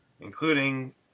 Including